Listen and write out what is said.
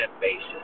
basis